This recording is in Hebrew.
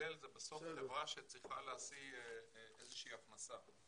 חברה שצריך להשיג איזושהי הכנסה.